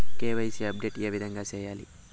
KYC update ఏ విధంగా సేయాలి?